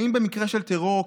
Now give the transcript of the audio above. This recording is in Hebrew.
האם במקרה של טרור,